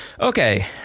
Okay